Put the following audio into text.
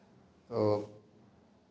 तो